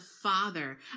father